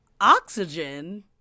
oxygen